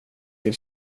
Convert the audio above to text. till